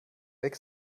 weg